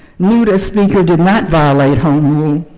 newt as speaker did not violate home rule.